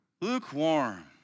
Lukewarm